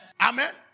Amen